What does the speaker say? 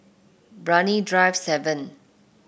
Brani Drive seven